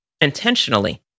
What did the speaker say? intentionally